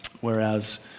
whereas